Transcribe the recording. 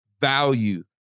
value